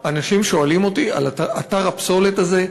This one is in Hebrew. אנשים שואלים אותי על אתרי הפסולת האלה,